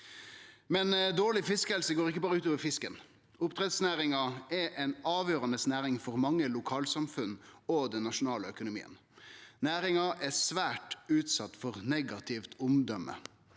Dårleg fiskehelse går ikkje berre ut over fisken. Oppdrettsnæringa er ei avgjerande næring for mange lokalsamfunn og den nasjonale økonomien. Næringa er svært utsett for negativt omdøme,